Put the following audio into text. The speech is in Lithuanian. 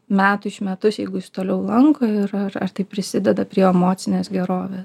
metų iš metus jeigu jis toliau lanko ir ar aš tai prisideda prie emocinės gerovės